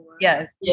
Yes